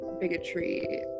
bigotry